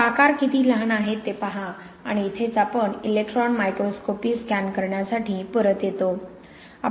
आता आकार किती लहान आहेत ते पहा आणि इथेच आपण इलेक्ट्रॉन मायक्रोस्कोपी स्कॅन करण्यासाठी परत येतो